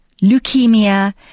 leukemia